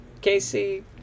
Casey